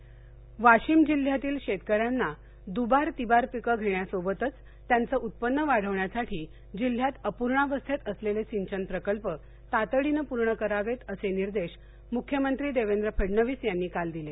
वाशीम बैठक वाशीम जिल्ह्यातील शेतकऱ्यांना दुबार तिबार पिकं घेण्यासोबतच त्यांचं उत्पन्न वाढविण्यासाठी जिल्ह्यात अपूर्णावस्थेत असलेले सिंचन प्रकल्प तातडीने पूर्ण करावेत असे निर्देश मुख्यमंत्री देवेंद्र फडणवीस यांनी काल दिले